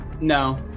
No